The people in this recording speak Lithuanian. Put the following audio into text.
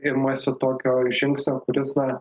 imasi tokio žingsnio kuris na